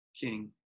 King